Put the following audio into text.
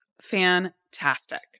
fantastic